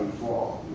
fall